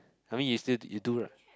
I mean you still you do right